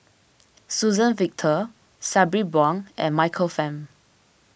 Suzann Victor Sabri Buang and Michael Fam